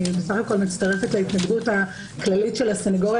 אני בסך הכול מצטרפת להתנגדות הכללית של הסניגוריה